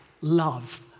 love